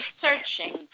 searching